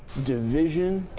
division,